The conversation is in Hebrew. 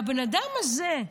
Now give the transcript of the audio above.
והבן אדם הזה,